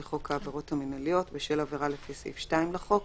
לחוק העבירות המינהליות בשל עבירה לפי סעיף 2 לחוק,